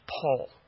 Paul